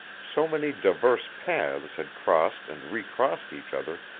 so many diverse paths had crossed and recrossed each other,